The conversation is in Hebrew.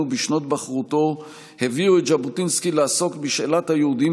בשנות בחרותו הביאו את ז'בוטינסקי לעסוק בשאלת היהודים